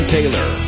Taylor